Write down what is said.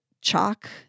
Chalk